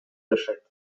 жашайт